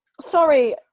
Sorry